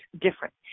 different